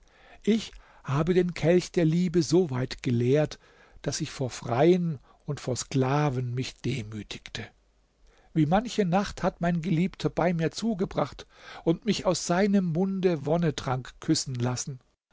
ich habe den kelch der liebe so weit geleert daß ich vor freien und vor sklaven mich demütigte wie manche nacht hat mein geliebter bei mir zugebracht und mich aus seinem munde wonnetrank küssen lassen